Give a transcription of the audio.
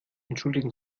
entschuldigen